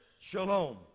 shalom